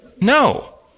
No